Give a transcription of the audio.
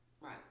Right